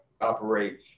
operate